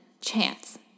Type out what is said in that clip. chance